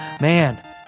Man